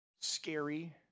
scary